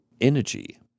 energy